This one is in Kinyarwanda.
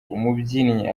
umubyinnyi